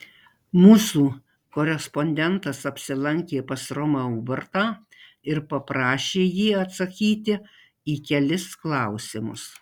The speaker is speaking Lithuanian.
mūsų korespondentas apsilankė pas romą ubartą ir paprašė jį atsakyti į kelis klausimus